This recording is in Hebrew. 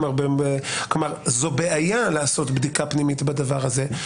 כלומר, זו בעיה לעשות בדיקה פנימית בדבר הזה.